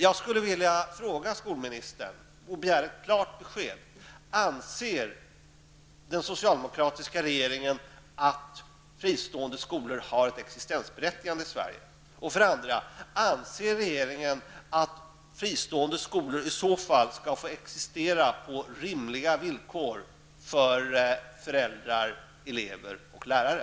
Jag skulle vilja ställa ett par frågor till skolministern, och jag begär då ett klart besked: Sverige? Anser regeringen att fristående skolor i så fall skall få existera på villkor som är rimliga för föräldrar, elever och lärare?